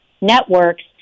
networks